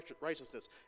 righteousness